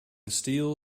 steel